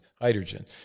hydrogen